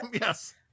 yes